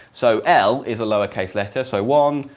so l is a lowercase letter, so one,